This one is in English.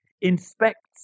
inspects